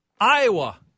Iowa